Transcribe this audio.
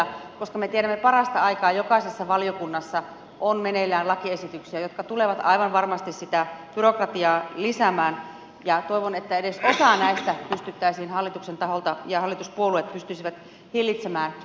me tiedämme että parasta aikaa jokaisessa valiokunnassa on meneillään lakiesityksiä jotka tulevat aivan varmasti sitä byrokratiaa lisäämään ja toivon että edes osaa näistä hallituspuolueet pystyisivät hillitsemään